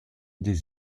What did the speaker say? des